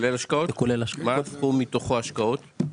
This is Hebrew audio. מה הסכום מתוך ההשקעות?